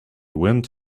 wind